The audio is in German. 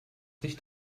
licht